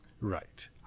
Right